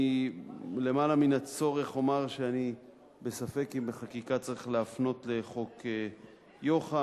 למעלה מן הצורך אומר שאני בספק אם בחקיקה צריך להפנות לחוק יוח"א,